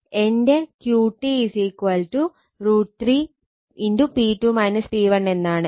അതിനാൽ എന്റെ QT √ 3 എന്നാണ്